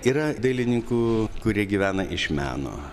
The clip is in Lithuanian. yra dailininkų kurie gyvena iš meno